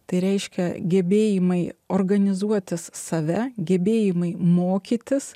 tai reiškia gebėjimai organizuotis save gebėjimai mokytis